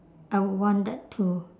I would want that too